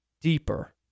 deeper